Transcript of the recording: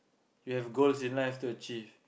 you have goals in life to achieve